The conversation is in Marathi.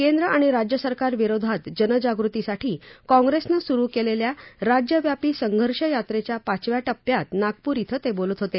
केंद्र आणि राज्य सरकारविरोधात जनजागृतीसाठी काँप्रेसनं सुरु केलेल्या राज्यव्यापी संघर्ष यात्रेच्या पाचव्या टप्प्यात नागपूर िके ते बोलत होते